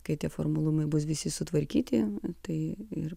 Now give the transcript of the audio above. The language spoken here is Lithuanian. kai tie formalumai bus visi sutvarkyti tai ir